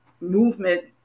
movement